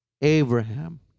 Abraham